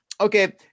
okay